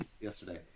yesterday